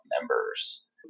members